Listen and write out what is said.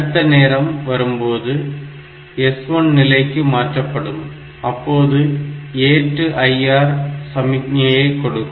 அடுத்த நேரம் வரும்போது S1 நிலைக்கு மாற்றப்படும் அப்போது ஏற்று IR சமிக்ஞையை கொடுக்கும்